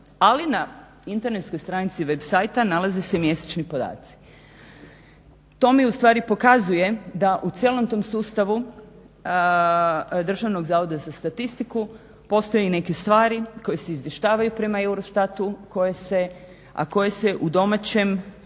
ali na internetskoj stranici web seita nalazi se mjesečni podaci. To mi ustvari pokazuje da u cijelom tom sustavu DZS-a postoje neke stvari koje se izvještavaju prema EUROSTAT-u a koje se u domaćoj